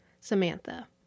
Samantha